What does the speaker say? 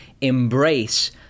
embrace